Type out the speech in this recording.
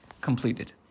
completed